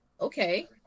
okay